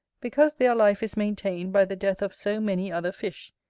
because their life is maintained by the death of so many other fish,